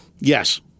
Yes